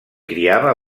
criava